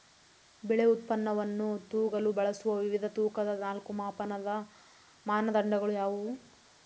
ಬೆಳೆ ಉತ್ಪನ್ನವನ್ನು ತೂಗಲು ಬಳಸುವ ವಿವಿಧ ತೂಕದ ನಾಲ್ಕು ಮಾಪನದ ಮಾನದಂಡಗಳು ಯಾವುವು?